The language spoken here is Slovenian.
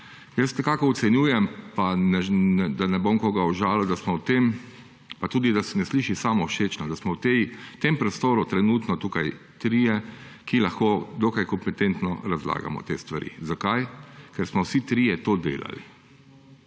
Jaz nekako ocenjujem, pa da ne bom koga užalil, pa tudi da se ne sliši samovšečno, da smo v tem prostoru trenutno trije, ki lahko dokaj kompetentno razlagamo te stvari. Zakaj? Ker smo vsi trije to delali.